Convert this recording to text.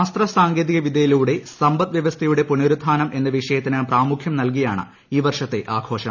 ശാസ്ത്ര സാങ്കേതിക വിദ്യയിലൂടെ സമ്പദ്വ്യവസ്ഥയുടെ പുനരുത്ഥാനം എന്ന വിഷയത്തിന് പ്രാമുഖ്യം നൽകിയാണ് ഈ വർഷത്തെ ആഘോഷം